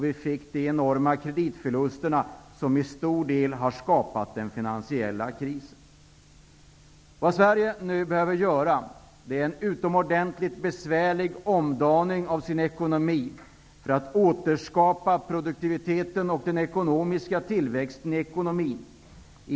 Vi fick de enorma kreditförluster som till stor del har skapat den finansiella krisen. Vad Sverige nu behöver göra är en utomordentligt besvärlig omdaning av sin ekonomi för att återskapa produktiviteten och tillväxten i ekonomin.